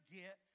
get